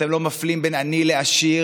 אתם לא מפילים בין עני לעשיר,